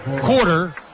quarter